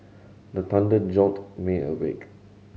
the thunder jolt me awake